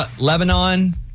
Lebanon